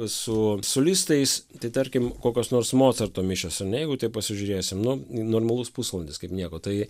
su solistais tai tarkim kokios nors mocarto mišios ar ne jeigu taip pasižiūrėsim nu normalus pusvalandis kaip nieko tai